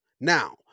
now